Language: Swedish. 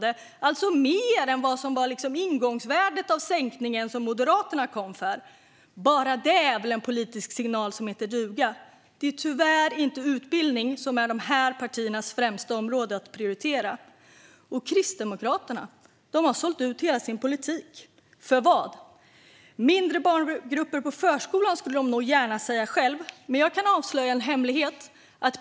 Det är alltså mer än vad som var sänkningen från Moderaterna. Bara det är väl en politisk signal som heter duga! Det är tyvärr inte utbildning som är de här partiernas främsta område att prioritera. Kristdemokraterna har sålt ut hela sin politik. För vad? Mindre barngrupper på förskolan vill de nog gärna säga själva. Men jag kan avslöja en hemlighet.